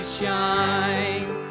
shine